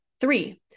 Three